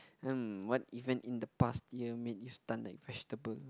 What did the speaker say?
and what event in the past year made you stunned like vegetable